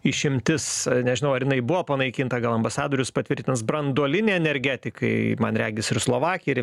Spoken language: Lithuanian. išimtis nežinau ar jinai buvo panaikinta gal ambasadorius patvirtins branduolinei energetikai man regis ir slovakija ir